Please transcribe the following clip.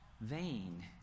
vain